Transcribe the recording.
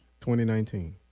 2019